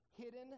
Hidden